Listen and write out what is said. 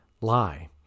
lie